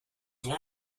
one